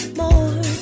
more